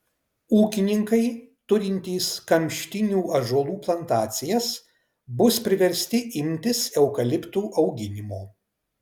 ūkininkai turintys kamštinių ąžuolų plantacijas bus priversti imtis eukaliptų auginimo